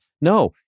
No